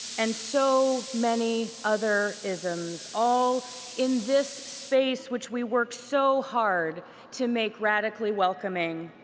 and so many other ism's, all in this space which we work so hard to make radically welcoming.